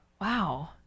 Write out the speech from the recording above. wow